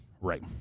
Right